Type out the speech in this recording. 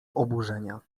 oburzenia